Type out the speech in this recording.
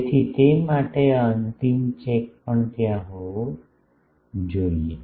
તેથી તે માટે આ અંતિમ ચેક પણ ત્યાં હોવો જોઈએ